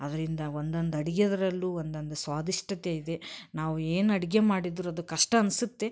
ಅದರಿಂದ ಒಂದೊಂದು ಅಡುಗೆದ್ರಲ್ಲೂ ಒಂದೊಂದು ಸ್ವಾದಿಷ್ಟತೆ ಇದೆ ನಾವು ಏನು ಅಡುಗೆ ಮಾಡಿದರೂ ಅದು ಕಷ್ಟ ಅನಿಸತ್ತೆ